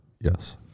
Yes